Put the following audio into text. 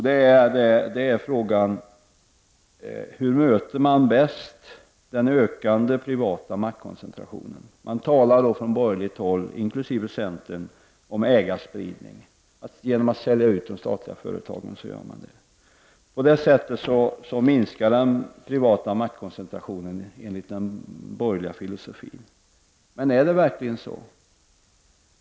Det är frågan om hur man bäst möter den ökande privata maktkoncentrationen. Man talar från borgerligt håll, inkl. centern, om ägarspridning. Det uppnår man genom att sälja ut de statliga företagen. På det sättet minskar den privata maktkoncentrationen enligt den borgerliga filosofin. Men är det verkligen så?